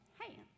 Hey